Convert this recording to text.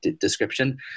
description